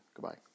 Goodbye